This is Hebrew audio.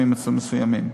במקרים מסוימים.